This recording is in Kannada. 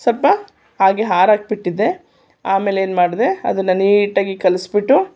ಸ್ವಲ್ಪ ಹಾಗೆ ಹಾರೋಕೆ ಬಿಟ್ಟಿದ್ದೆ ಆಮೇಲೆ ಏನು ಮಾಡಿದೆ ಅದನ್ನು ನೀಟಾಗಿ ಕಲಸ್ಬಿಟ್ಟು